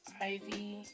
Ivy